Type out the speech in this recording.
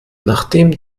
nachdem